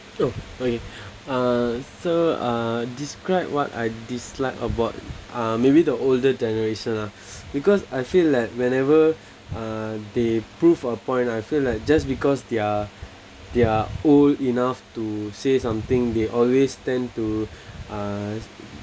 oh okay uh so uh describe what I dislike about um maybe the older generation lah because I feel like whenever uh they prove a point I feel like just because they're they're old enough to say something they always tend to uh